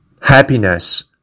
happiness